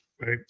right